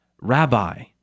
Rabbi